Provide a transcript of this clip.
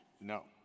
No